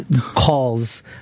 calls